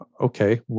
Okay